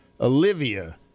Olivia